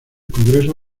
congreso